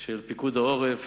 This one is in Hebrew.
של פיקוד העורף